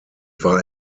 war